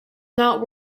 not